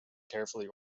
carefully